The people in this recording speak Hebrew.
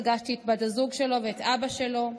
פגשתי את בת הזוג שלו ואת אבא שלו.